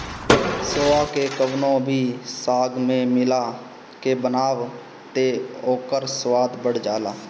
सोआ के कवनो भी साग में मिला के बनाव तअ ओकर स्वाद बढ़ जाला